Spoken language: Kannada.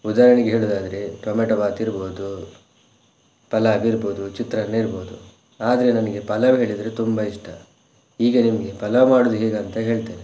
ಉದಾಹರಣೆಗೆ ಹೇಳುವುದಾದ್ರೆ ಟೊಮೆಟೊ ಭಾತ್ ಇರ್ಬೌದು ಪಲಾವ್ ಇರ್ಬೌದು ಚಿತ್ರಾನ್ನ ಇರ್ಬೌದು ಆದರೆ ನನಗೆ ಪಲಾವ್ ಹೇಳಿದರೆ ತುಂಬ ಇಷ್ಟ ಈಗ ನಿಮಗೆ ಪಲಾವ್ ಮಾಡುವುದು ಹೇಗಂತ ಹೇಳ್ತೇನೆ